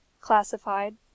classified